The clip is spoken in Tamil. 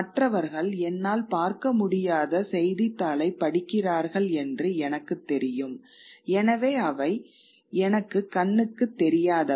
மற்றவர்கள் என்னால் பார்க்க முடியாத செய்தித்தாளைப் படிக்கிறார்கள் என்று எனக்குத் தெரியும் எனவே அவை எனக்கு கண்ணுக்கு தெரியாதவை